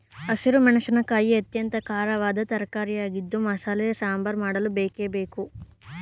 ಹಸಿರು ಮೆಣಸಿನಕಾಯಿ ಅತ್ಯಂತ ಖಾರವಾದ ತರಕಾರಿಯಾಗಿದ್ದು ಮಸಾಲೆ ಸಾಂಬಾರ್ ಮಾಡಲು ಬೇಕೇ ಬೇಕು